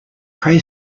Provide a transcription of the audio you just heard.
pray